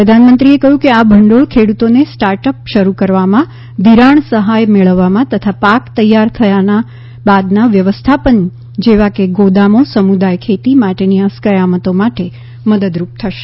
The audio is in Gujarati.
પ્રધાનમંત્રીએ કહ્યું કે આ ભંડોળ ખેડૂતોને સ્ટાર્ટ અપ શરૂ કરવામાં ધિરાણ સહાય મેળવવામાં તથા પાક તૈયાર થયા બાદના વ્યવસ્થાપન જેવા ગોદામો સમુદાય ખેતી માટેની અસ્કયામતો વગેરે માટે મદદરૂપ થશે